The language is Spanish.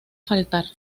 faltar